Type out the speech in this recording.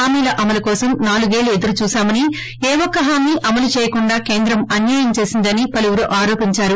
హామీల అమలు కోసం నాలుగేళ్లు ఎదురుచూశామని ఏ ఒక్క హామీ అమలు చేయకుండా కేంద్రం అన్యాయం చేసిందని పలువురు ఆరోపించారు